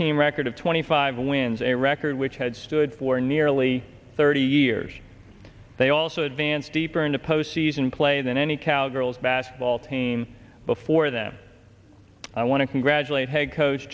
team record of twenty five wins a record which had stood for nearly thirty years they also advance deeper into postseason play than any cowgirls basketball team before them i want to congratulate head coach